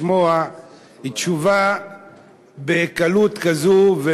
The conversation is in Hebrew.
לשמוע תשובה בקלות כזאת,